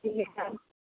ٹھیک ہے صاحب